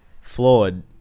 flawed